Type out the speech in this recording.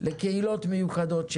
לקהילות מיוחדות.